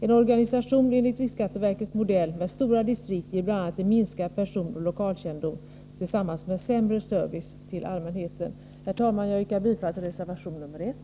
En organisation enligt riksskatteverkets modell med stora distrikt ger bl.a. en minskad personoch lokalkännedom tillsammans med sämre service till allmänheten. Jag yrkar bifall till reservation nr 1.